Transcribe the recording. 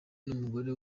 n’umugore